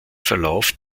verlauf